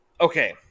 okay